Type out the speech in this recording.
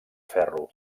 ferro